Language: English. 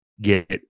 get